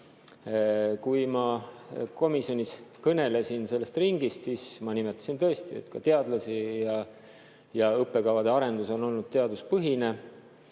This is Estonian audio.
Kui ma komisjonis kõnelesin sellest [kaasatud] ringist, siis ma nimetasin tõesti ka teadlasi – õppekavade arendus on olnud teaduspõhine.